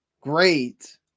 great